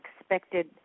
expected